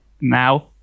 now